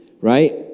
right